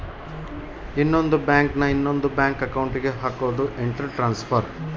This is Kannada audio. ಇನ್ನೊಂದ್ ಬ್ಯಾಂಕ್ ನ ಇನೊಂದ್ ಅಕೌಂಟ್ ಗೆ ಹಕೋದು ಇಂಟರ್ ಟ್ರಾನ್ಸ್ಫರ್